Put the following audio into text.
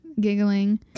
giggling